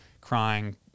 crying –